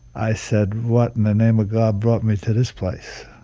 i said, what in the name of god brought me to this place?